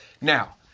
now